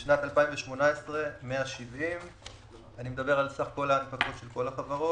בשנת 2018 170. אני מדבר על סך כל ההנפקות של כל החברות,